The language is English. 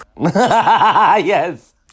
yes